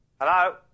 Hello